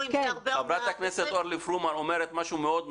חברת הכנסת אורלי פרומן אומרת משהו מאוד נכון.